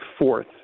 fourth